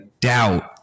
doubt